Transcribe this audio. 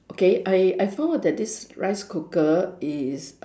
okay I I found out that this rice cooker is